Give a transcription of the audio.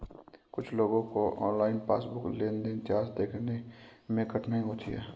कुछ लोगों को ऑनलाइन पासबुक लेनदेन इतिहास देखने में कठिनाई होती हैं